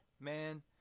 Man